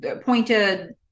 pointed